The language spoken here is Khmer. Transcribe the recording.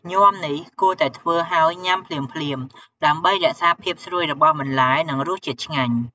ញាំនេះគួរតែធ្វើហើយញ៉ាំភ្លាមៗ ដើម្បីរក្សាភាពស្រួយរបស់បន្លែ និងរសជាតិឆ្ងាញ់។